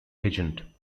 agent